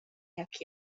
jak